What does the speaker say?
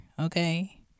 okay